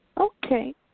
Okay